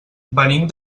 venim